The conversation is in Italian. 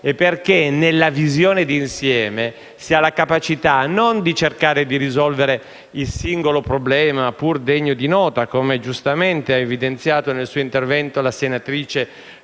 Infatti nella visione d'insieme si ha la capacità di cercare non di risolvere il singolo problema, pur degno di nota (come ha giustamente evidenziato nel suo intervento la senatrice